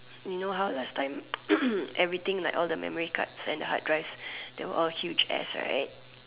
you know how last time everything like all the memory cards and hard drives they were all huge ass right